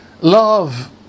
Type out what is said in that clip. love